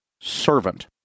servant